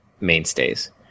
mainstays